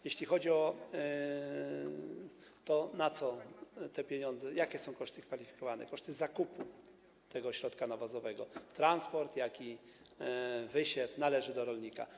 Jeśli chodzi o to, na co są te pieniądze, jakie są koszty kwalifikowane, koszty zakupu tego środka nawozowego, transport, jak również wysiew należą do rolnika.